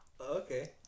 Okay